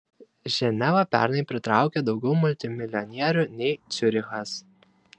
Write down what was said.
ženeva pernai pritraukė daugiau multimilijonierių nei ciurichas